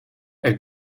elle